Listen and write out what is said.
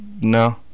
no